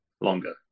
longer